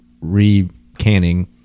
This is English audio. re-canning